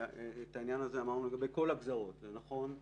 את העניין הזה אמרנו לגבי כל הגזרות זה נכון באיו"ש,